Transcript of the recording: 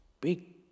big